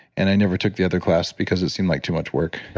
and i never took the other class because it seemed like too much work.